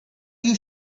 you